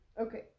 okay